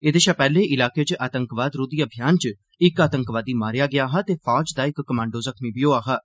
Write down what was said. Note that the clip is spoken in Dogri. एह्दे शा पैह्ले इलाके च आतंकवाद रोधी अभियान च इक आतंकवादी मारेआ गेआ हा ते फौज दा इक कमांडो जख्मीं बी होआ हा